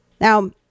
Now